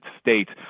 States